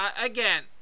again